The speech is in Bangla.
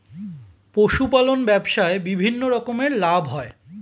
পশুপালন ব্যবসায় বিভিন্ন রকমের লাভ হয়